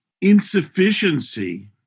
insufficiency